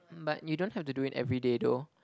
um but you don't have to do it everyday though